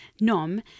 Nom